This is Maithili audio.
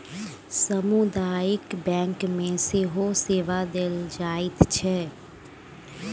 सामुदायिक बैंक मे सेहो सेवा देल जाइत छै